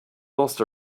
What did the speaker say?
lost